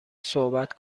صحبت